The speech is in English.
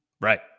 Right